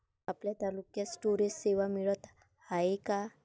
आपल्या तालुक्यात स्टोरेज सेवा मिळत हाये का?